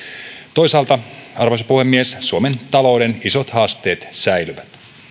toisaalta arvoisa puhemies suomen talouden isot haasteet säilyvät